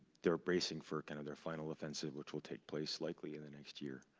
they're bracing for kind of their final offensive, which will take place likely in the next year,